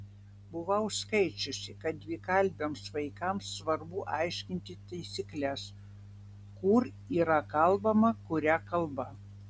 buvau skaičiusi kad dvikalbiams vaikams svarbu aiškinti taisykles kur yra kalbama kuria kalba